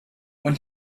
when